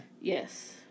Yes